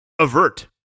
avert